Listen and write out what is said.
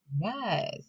Yes